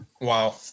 wow